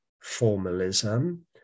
formalism